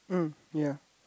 mm yea